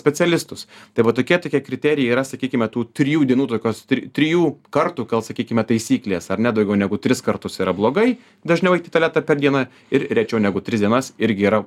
specialistus tai va tokie tokie kriterijai yra sakykime tų trijų dienų tokios trijų kartų gal sakykime taisyklės ar ne daugiau negu tris kartus yra blogai dažniau eit į tualetą per dieną ir rečiau negu tris dienas irgi yra